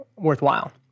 Worthwhile